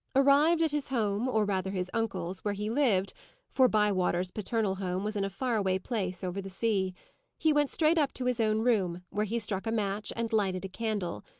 arrived at his home, or rather his uncle's, where he lived for bywater's paternal home was in a far-away place, over the sea he went straight up to his own room, where he struck a match, and lighted a candle.